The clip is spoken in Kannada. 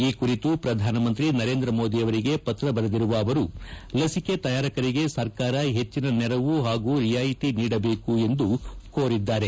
ಈ ಕುರಿತು ಪ್ರಧಾನಮಂತ್ರಿ ನರೇಂದ್ರ ಮೋದಿ ಅವರಿಗೆ ಪತ್ರ ಬರೆದಿರುವ ಅವರು ಲಸಿಕೆ ತಯಾರಿಕರಿಗೆ ಸರ್ಕಾರ ಹೆಚ್ಚಿನ ನೆರವು ಹಾಗೂ ರಿಯಾಯಿತಿ ನೀಡಬೇಕು ಎಂದು ಕೋರಿದ್ದಾರೆ